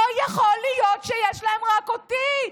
לא יכול להיות שיש להן רק אותי.